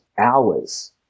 hours